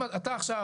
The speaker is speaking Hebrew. אם אתה עכשיו,